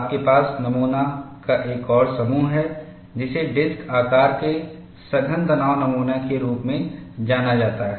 आपके पास नमूना का एक और समूह है जिसे डिस्क आकार के सघन तनाव नमूना के रूप में जाना जाता है